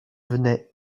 venait